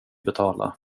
betala